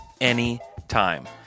anytime